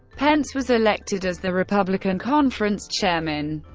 pence was elected as the republican conference chairman,